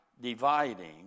dividing